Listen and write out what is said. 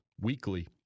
weekly